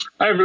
Hi